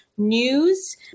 News